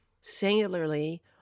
singularly